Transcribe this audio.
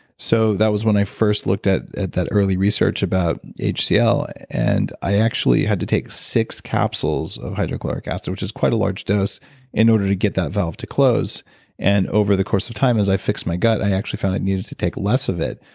so that was when i first looked at at that early research about hcl and i actually had to take six capsules of hydrochloric acid, which was quite a large dose in order to get that valve to close and over the course of time as i fixed my gut i actually found i needed to take less of it,